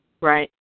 Right